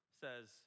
says